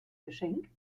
geschenk